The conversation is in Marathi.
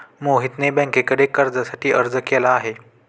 मोहितने बँकेकडे कर्जासाठी अर्ज केला आहे